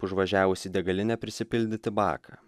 užvažiavus į degalinę prisipildyti baką